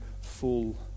full